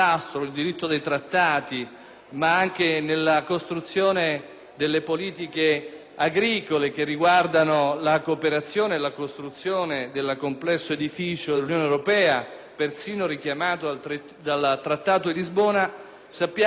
delle politiche agricole che riguardano la cooperazione e la costruzione del complesso edificio dell'Unione europea, perfino richiamato dal Trattato di Lisbona, c'è un intervento anche da parte